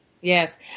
Yes